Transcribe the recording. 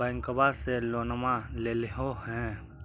बैंकवा से लोनवा लेलहो हे?